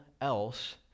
else